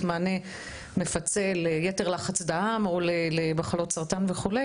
מענה מפצה ליתר לחץ דם או למחלות סרטן וכו',